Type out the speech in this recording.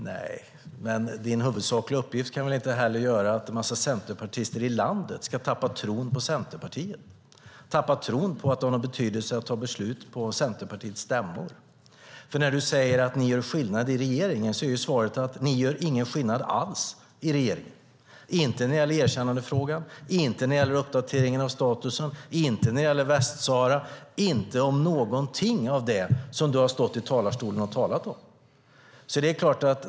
Nej, men din huvudsakliga uppgift kan väl heller inte vara att en massa centerpartister i landet ska tappa tron på Centerpartiet och på att det har någon betydelse att man fattar beslut på Centerpartiets stämmor? Du säger att ni gör skillnad i regeringen, men svaret är att ni inte gör någon skillnad alls i regeringen - inte när det gäller erkännandefrågan, inte när det gäller uppdateringen av statusen, inte när det gäller Västsahara och inte om något av det som du har talat om i talarstolen.